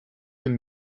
him